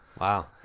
Wow